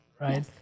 right